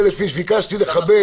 ביקשתי לכבד.